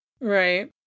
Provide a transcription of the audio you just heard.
Right